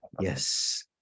Yes